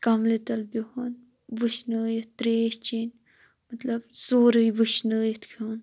کَملہِ تَل بِہُن وٕشنٲیِتھ ترٛیش چیٚنۍ مطلب سورُے وٕشنٲیِتھ کھیوٚن